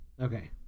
Okay